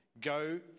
Go